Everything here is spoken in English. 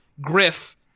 griff